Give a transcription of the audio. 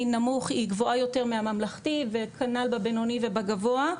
נמוך היא גבוהה יותר מהממלכתי וכנ"ל בבינוני ובגבוה,